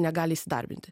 negali įsidarbinti